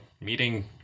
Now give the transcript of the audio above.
meeting